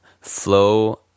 flow